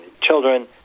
children